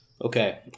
Okay